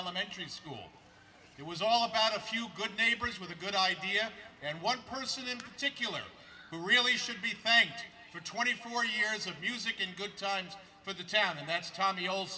elementary school it was all about a few good neighbors with a good idea and one person in particular who really should be thanked for twenty four years of music and good times for the town and that's tom the old